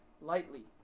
lightly